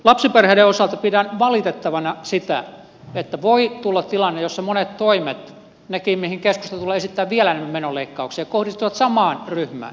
lapsiperheiden osalta pidän valitettavana sitä että voi tulla tilanne jossa monet toimet nekin joihin keskusta tulee esittämään vielä enemmän menoleikkauksia kohdistuvat samaan ryhmään